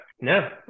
No